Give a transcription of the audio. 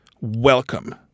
welcome